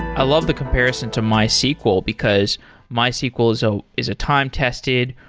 i love the comparison to mysql, because mysql is ah is a time-tested,